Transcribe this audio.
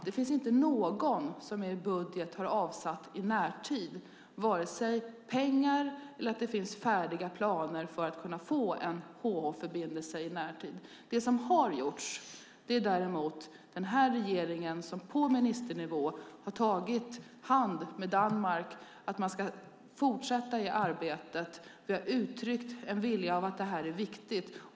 Det finns inte någon som i budget har avsatt pengar eller sett till att det finns färdiga planer för att kunna få en HH-förbindelse i närtid. Det som har gjorts är däremot att den här regeringen på ministernivå har tagit i hand med Danmark om att man ska fortsätta arbetet. Det har uttryckts en vilja om att detta är viktigt.